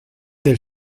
del